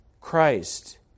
Christ